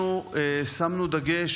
אנחנו שמנו דגש